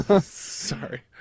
Sorry